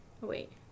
Wait